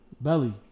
Belly